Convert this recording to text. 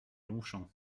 longchamps